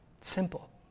Simple